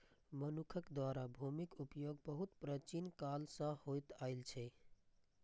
मनुक्ख द्वारा भूमिक उपयोग बहुत प्राचीन काल सं होइत आयल छै